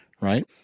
right